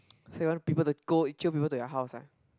so you want people to go and jio people to your house ah